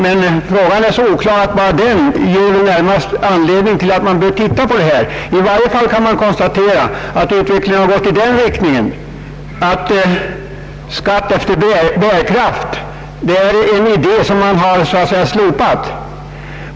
Frågan är emellertid så oklar att bara den ger anledning att titta på det här problemet. I varje fall kan man konstatera att utvecklingen har gått i den riktningen att skatt efter bärkraft är en idé som har slopats.